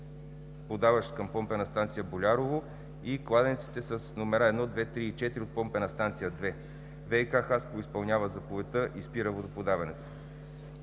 подаващ към помпена станция –Болярово и кладенците с № 1, 2, 3 и 4 от помпена станция 2. ВиК – Хасково, изпълнява заповедта и спира подаването.